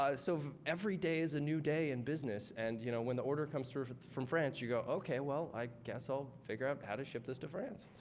so every day is a new day in business. and you know when the order comes through from from france, you go, okay, well. i guess i'll figure out how to ship this to france.